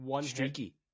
Streaky